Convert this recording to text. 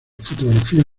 fotografía